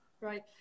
Right